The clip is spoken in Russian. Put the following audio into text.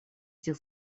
этих